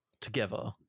together